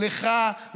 לך,